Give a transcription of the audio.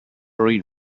read